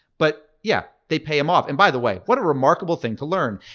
but yeah, they pay him off. and by the way, what a remarkable thing to learn.